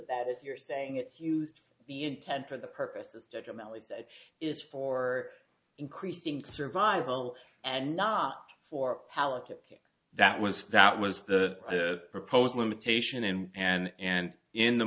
that is you're saying it's used the intent for the purposes detrimentally say is for increasing survival and not for politic that was that was the proposed limitation and and and in the